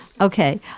okay